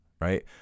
right